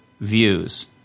views